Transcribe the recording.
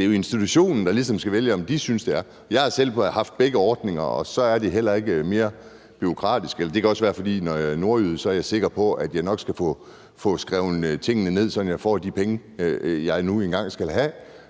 er jo institutionen, der ligesom skal vælge, hvad den synes. Jeg har selv været på begge ordninger, og så er det heller ikke mere bureaukratisk. Det kan også være, at det er, fordi jeg som nordjyde er sikker på, at jeg nok skal få skrevet tingene ned, så jeg får de penge, jeg nu engang skal have.